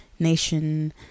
nation